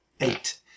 Eight